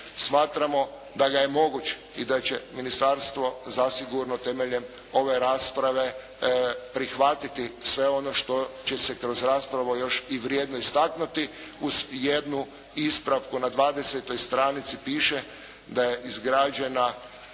Smatramo da ga je moguće i da će ministarstvo zasigurno temeljem ove rasprave prihvatiti sve ono što će se kroz raspravu još i vrijedno istaknuti uz jednu ispravku. Na 20. stranici piše da je izgrađena